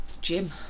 Jim